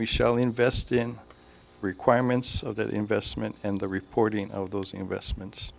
we shall invest in requirements of that investment and the reporting of those investments